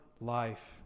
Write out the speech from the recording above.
life